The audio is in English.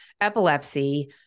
epilepsy